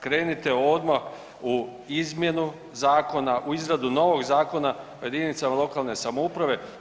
Krenite odmah u izmjenu zakona, u izradu novog Zakona o jedinicama lokalne samouprave.